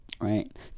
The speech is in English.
right